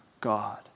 God